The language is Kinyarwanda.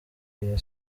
iyi